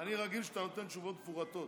אני רגיל שאתה נותן תשובות מפורטות.